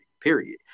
period